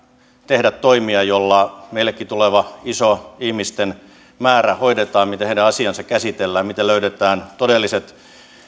tehdä toimia joilla meillekin tuleva iso ihmisten määrä hoidetaan miten heidän asiansa käsitellään miten löydetään ne todelliset